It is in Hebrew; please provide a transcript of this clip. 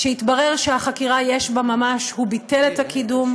כשהתברר שבחקירה יש ממש הוא ביטל את הקידום,